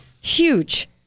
Huge